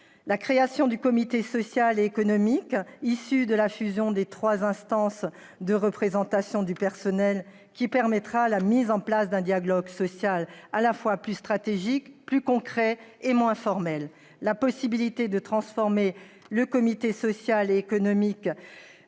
La création du comité social et économique, issu de la fusion de trois instances de représentation du personnel, permettra la mise en place d'un dialogue social à la fois plus stratégique, plus concret et moins formel. Ce comité social et économique